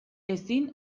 ezin